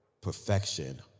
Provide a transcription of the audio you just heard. perfection